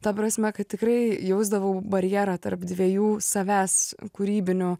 ta prasme kad tikrai jausdavau barjerą tarp dviejų savęs kūrybinių